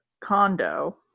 condo